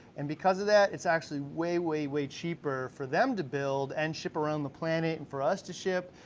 and because of that, it's actually way, way, way cheaper for them to build and ship around the planet, and for us to ship,